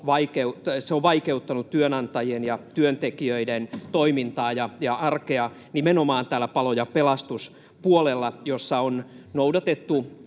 vaikeuttanut työnantajien ja työntekijöiden toimintaa ja arkea nimenomaan täällä palo- ja pelastuspuolella, missä on noudatettu